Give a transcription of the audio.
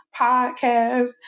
podcast